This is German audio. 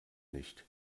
nicht